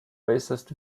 äußerst